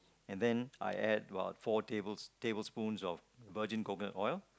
and then I add about four tables tablespoons of virgin coconut oil